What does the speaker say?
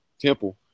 temple